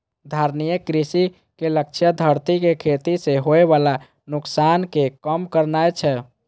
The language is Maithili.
धारणीय कृषि के लक्ष्य धरती कें खेती सं होय बला नुकसान कें कम करनाय छै